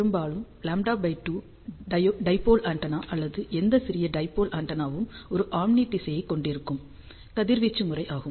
பெரும்பாலும் l 2 dipole antenna அல்லது எந்த சிறிய டைபோல் ஆண்டெனாவும் ஒரு ஓம்னி திசையைக் கொண்டிருக்கும் கதிர்வீச்சு முறை ஆகும்